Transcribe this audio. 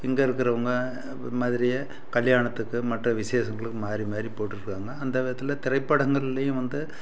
இங்கே இருக்கிறவங்க இது மாதிரியே கல்யாணத்துக்கு மற்ற விசேஷங்களும் மாறி மாறி போட்டிருக்காங்க அந்த விதத்தில் திரைப்படங்கள்லேயும் வந்து